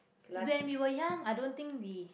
when we were young I don't think we